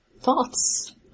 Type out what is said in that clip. Thoughts